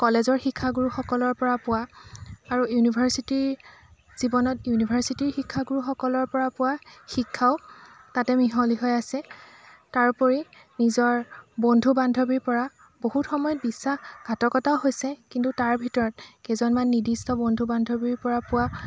কলেজৰ শিক্ষাগুৰুসকলৰ পৰা পোৱা আৰু ইউনিভাৰ্ছিটিৰ জীৱনত পোৱা ইউনিভাৰ্ছিটিৰ শিক্ষাগুৰুসকলৰ পৰা পোৱা শিক্ষাও তাতে মিহলি হৈ আছে তাৰোপৰি নিজৰ বন্ধু বান্ধৱীৰ পৰা বহুত সময়ত বিশ্বাসঘাতকতাও হৈছে কিন্তু তাৰ ভিতৰত কেইজনমান নিৰ্দিষ্ট বন্ধু বান্ধৱীৰ পৰা পোৱা